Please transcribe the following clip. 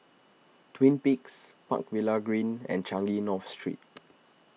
Twin Peaks Park Villas Green and Changi North Street